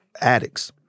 addicts